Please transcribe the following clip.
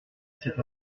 cet